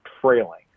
trailing